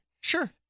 sure